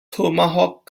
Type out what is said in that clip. tomahawk